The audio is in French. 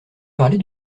parler